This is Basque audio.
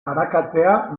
arakatzea